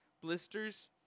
Blisters